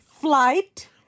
Flight